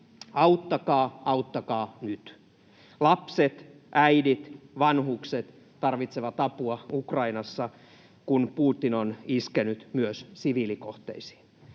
auttakaa, auttakaa nyt. Lapset, äidit, vanhukset tarvitsevat apua Ukrainassa, kun Putin on iskenyt myös siviilikohteisiin,